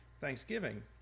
Thanksgiving